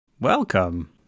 Welcome